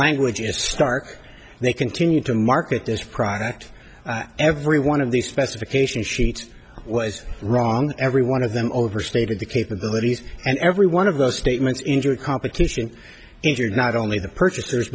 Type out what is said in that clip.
language is stark they continued to market this product every one of these specifications sheets was wrong every one of them overstated the capabilities and every one of those statements injured competition injure not only the purchasers